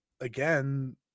again